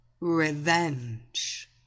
Revenge